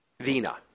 Vina